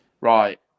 right